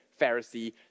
Pharisee